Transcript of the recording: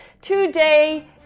today